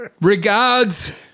Regards